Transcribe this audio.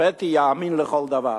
פתי יאמין לכל דבר.